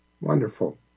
Wonderful